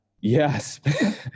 Yes